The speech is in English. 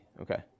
okay